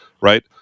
Right